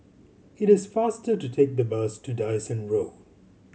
it is faster to take the bus to Dyson Road